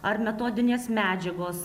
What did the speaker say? ar metodinės medžiagos